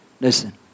Listen